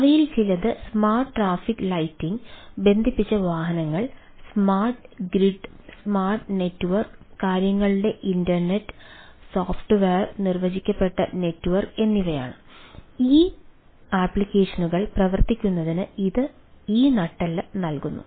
അവയിൽ ചിലത് smart traffic lighting പ്രവർത്തിക്കുന്നതിന് ഇത് ഈ നട്ടെല്ല് നൽകുന്നു